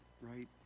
Right